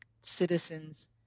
citizens